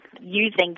using